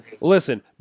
listen